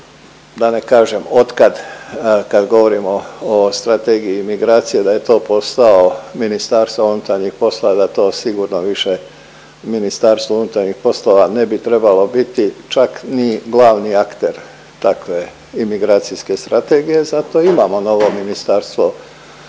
da ne kažem otkad kad govorimo o strategiji imigracija da je to posao MUP-a da to sigurno više MUP ne bi trebalo biti čak ni glavni akter takve imigracijske strategije. Zapravo imamo novo Ministarstvo